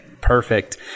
Perfect